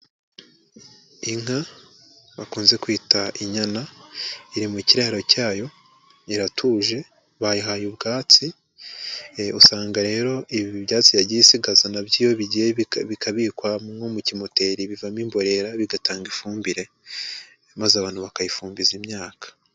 Inka bakunze kwita inyana iri mu kiraro cyayo iratuje bayihaye ubwatsi, usanga rero ibi byatsi yagiye isigaza na byo iyo bigiye bikabikwa nko mu kimoteri bivamo imborera bigatanga ifumbire maze abantu bakayifumbiza imyaka.